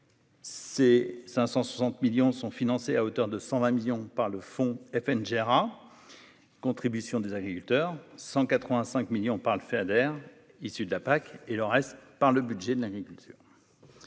C 560 millions sont financés à hauteur de 120 millions par le fond FN Gerra contribution des agriculteurs 185 millions par le Feader issu de la PAC et le reste par le budget de l'agriculture,